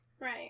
Right